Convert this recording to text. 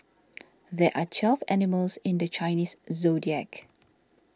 there are twelve animals in the Chinese zodiac